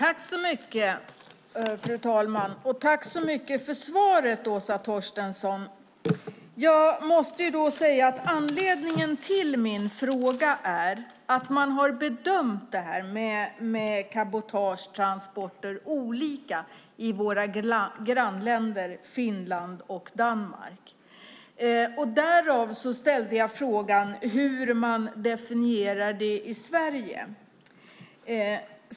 Fru talman! Jag tackar Åsa Torstensson för svaret. Anledningen till min interpellation är att man har bedömt cabotagetransporter olika i våra grannländer Finland och Danmark. Därav ställde jag frågan hur man definierar det i Sverige.